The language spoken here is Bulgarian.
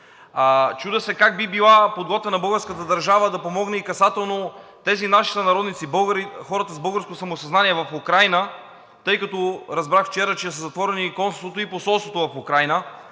Чудя се как би била подготвена българската държава да помогне и касателно на тези наши сънародници – хората с българско самосъзнание, в Украйна, тъй като разбрах вчера, че са затворени и консулството, и посолството в Украйна.